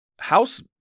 house